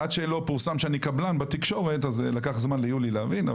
עד שלא פורסם שאני קבלן בתקשורת אז לקח זמן ליולי להבין.